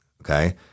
okay